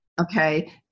Okay